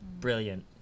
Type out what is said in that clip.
Brilliant